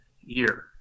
year